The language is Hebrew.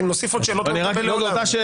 אם נוסיף עוד שאלות לא נקבל תשובה.